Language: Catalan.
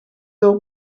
del